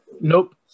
Nope